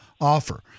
offer